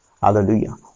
Hallelujah